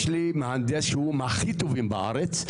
יש לי מהנדס שהוא מהכי טובים בארץ,